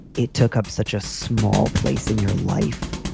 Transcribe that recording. it took up such a small place in your life,